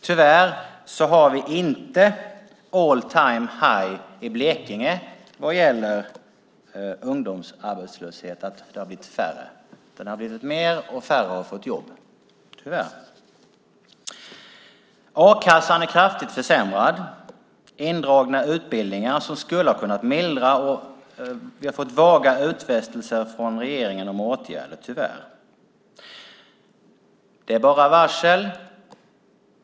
Tyvärr har vi inte all time low i Blekinge vad gäller ungdomsarbetslösheten. Den har ökat, och färre har fått jobb. A-kassan har kraftigt försämrats. Man har dragit in utbildningar som skulle ha kunnat mildra, och vi har fått vaga utfästelser om åtgärder från regeringen.